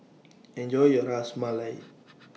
Enjoy your Ras Malai